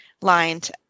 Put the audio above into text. lined